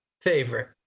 favorite